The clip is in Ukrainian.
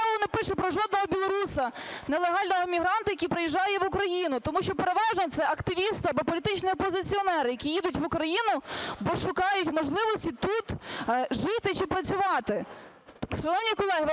не пише про жодного білоруса - нелегального мігранта, який приїжджає в Україну, тому що переважно це активісти або політичні опозиціонери, які їдуть в Україну, бо шукають можливості тут жити чи працювати.